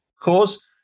cause